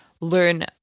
learn